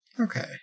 Okay